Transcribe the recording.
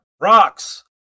rocks